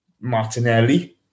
Martinelli